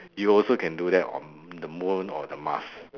you also can do that on the moon or the mars